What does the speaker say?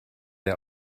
der